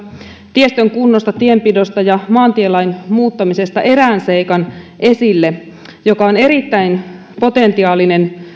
tiestön kunnosta tienpidosta ja maantielain muuttamisesta erään seikan esille joka on erittäin potentiaalinen